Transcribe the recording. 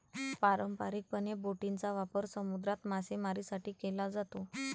पारंपारिकपणे, बोटींचा वापर समुद्रात मासेमारीसाठी केला जातो